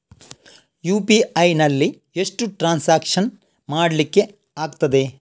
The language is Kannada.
ಯು.ಪಿ.ಐ ನಲ್ಲಿ ಎಷ್ಟು ಟ್ರಾನ್ಸಾಕ್ಷನ್ ಮಾಡ್ಲಿಕ್ಕೆ ಆಗ್ತದೆ?